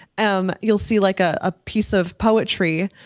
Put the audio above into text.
um you'll see like ah a piece of poetry,